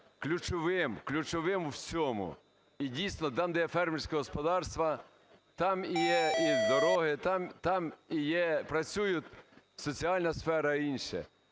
ключовим, ключовим у всьому. І, дійсно, там, де є фермерські господарства, там є і дороги, там працюють і соціальна сфера, і інше.